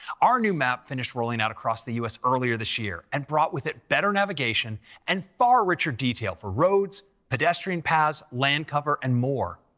our new map finished rolling out across the us earlier this year and brought with it better navigation and far richer detail for roads, pedestrian paths, landcover and more.